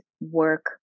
work